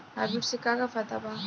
Hybrid से का का फायदा बा?